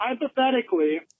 Hypothetically